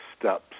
steps